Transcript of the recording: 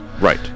Right